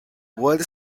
well